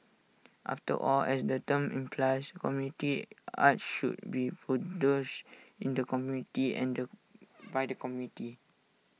after all as the term implies community arts should be produced in the community and by the community